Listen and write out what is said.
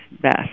best